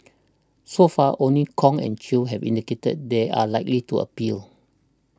so far only Kong and Chew have indicated they are likely to appeal